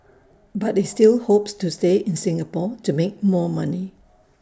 but he still hopes to stay in Singapore to make more money